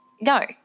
no